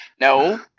No